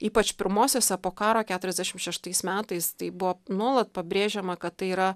ypač pirmosiose po karo keturiasdešimt šeštais metais tai buvo nuolat pabrėžiama kad tai yra